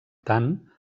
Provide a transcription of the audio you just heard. tant